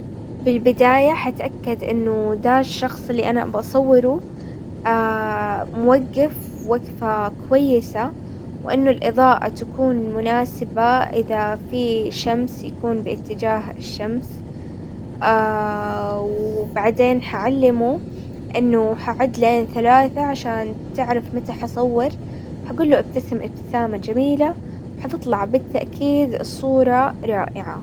بالبداية حتأكد انه دا الشخص اللي انا ابا اصوره موقف وقفة كويسة، وانه الاظاءة تكون مناسبة. اذا في شمس يكون باتجاه الشمس بعدين حعلمه انه حعد لين ثلاثة عشان تعرف متى حصور، وحقول له ابتسم ابتسامة جميلة، وحتطلع بالتأكيد الصورة رائعة.